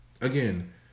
Again